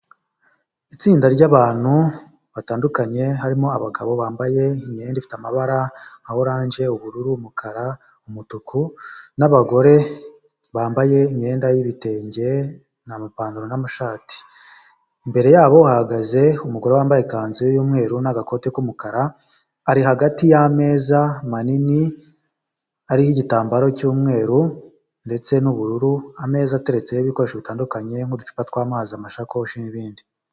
Itsinda ry'abantu batandukanye, harimo abagabo bambaye imyenda ifite amabara nka oranje ,ubururu, umukara, umutuku . n'abagore bambaye imyenda y'ibitenge, n 'amapantaro n'amashati imbere yabo bahagaze umugore wambaye ikanzu yumweru n'agakoti k'umukara, ari hagati yameza manini ariho igitambaro cy'umweru, ndetse n'ubururu ameza ateretseho ibikoresho bitandukanye nk'uducupa tw'amazi amasakoshi n'ibindi.